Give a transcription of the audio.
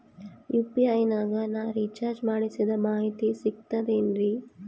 UPI ನಾಗ ನಾ recharge ಮಾಡಿಸಿದ ಮಾಹಿತಿ ಸಿಕ್ತದೆ ಏನ್ರಿ?